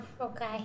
Okay